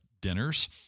dinners